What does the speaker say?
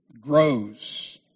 grows